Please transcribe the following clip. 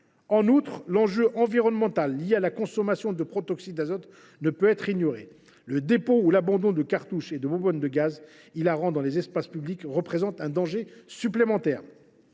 En outre, l’enjeu environnemental lié à la consommation de protoxyde d’azote ne peut être ignoré. Le dépôt ou l’abandon de cartouches et de bonbonnes de gaz hilarant dans les espaces publics représente un danger supplémentaire.